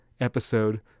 episode